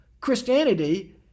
Christianity